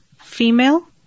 female